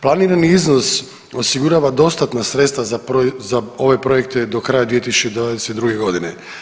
Planirani iznos osigurava dostatna sredstva za ove projekte do kraja 2022. godine.